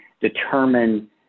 determine